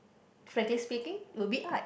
frankly speaking will be art